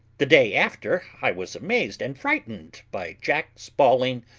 the day after i was amazed and frightened by jack's bawling,